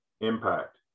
Impact